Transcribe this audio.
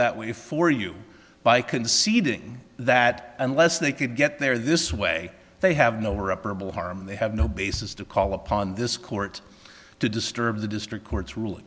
way for you by conceding that unless they could get there this way they have no reparable harm they have no basis to call upon this court to disturb the district court's rul